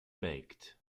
baked